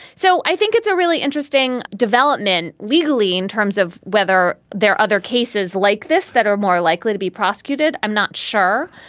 so i think it's a really interesting development. legally, in terms of whether there are other cases like this that are more likely to be prosecuted, i'm not sure.